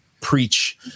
preach